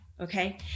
okay